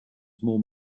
more